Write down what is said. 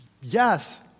Yes